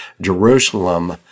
Jerusalem